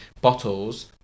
bottles